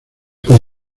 con